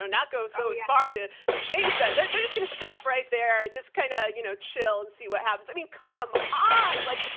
not go so far to to change that. they're they're going to stop right there, just kind of you know chill and see what happens. i mean, come on. like,